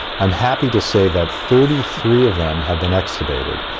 i'm happy to say that thirty three of them have been extubated.